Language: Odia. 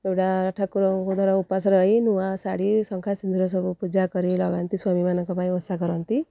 ଏଗୁଡ଼ା ଠାକୁରଙ୍କୁ ଧର ଉପାସ ରହି ନୂଆ ଶାଢ଼ୀ ଶଙ୍ଖା ସିନ୍ଦୁର ସବୁ ପୂଜା କରି ଲଗାନ୍ତି ସ୍ୱାମୀମାନଙ୍କ ପାଇଁ ଓଷା କରନ୍ତି